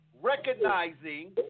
recognizing